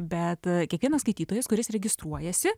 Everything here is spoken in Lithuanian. bet kiekvienas skaitytojas kuris registruojasi